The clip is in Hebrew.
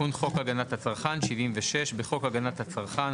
תיקון חוק הגנת הצרכן 76. בחוק הגנת הצרכן,